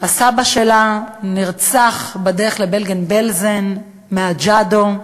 הסבא שלה נרצח בדרך לברגן-בלזן, מג'אדו,